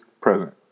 present